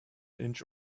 inch